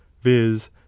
viz